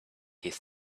his